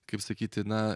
kaip sakyti na